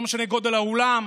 לא משנה גודל האולם.